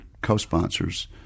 co-sponsors